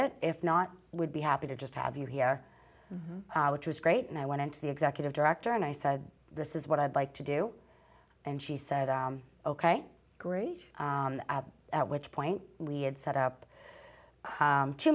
it if not would be happy to just have you here which was great and i went into the executive director and i said this is what i'd like to do and she said ok great at which point we had set up